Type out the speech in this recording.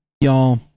Y'all